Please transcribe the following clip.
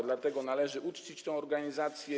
Dlatego należy uczcić tę organizację.